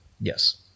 Yes